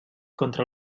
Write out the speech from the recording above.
contra